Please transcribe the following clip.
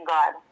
God